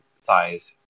size